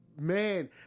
Man